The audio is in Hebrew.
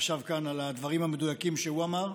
שישב כאן, על הדברים המדויקים שהוא אמר.